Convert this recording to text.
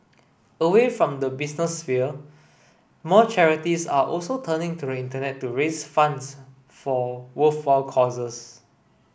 away from the business sphere more charities are also turning the Internet to raise funds for worthwhile causes